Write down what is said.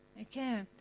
okay